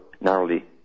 narrowly